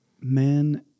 man